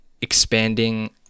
expanding